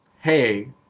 hey